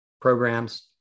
programs